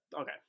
Okay